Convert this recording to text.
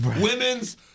Women's